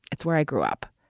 it's where i grew up.